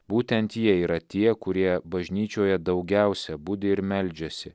būtent jie yra tie kurie bažnyčioje daugiausia budi ir meldžiasi